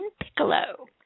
Piccolo